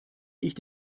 ich